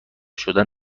شدن